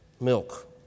milk